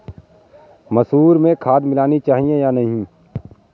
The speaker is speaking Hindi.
मसूर में खाद मिलनी चाहिए या नहीं?